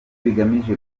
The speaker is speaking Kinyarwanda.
bigamije